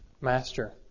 master